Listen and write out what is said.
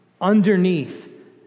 underneath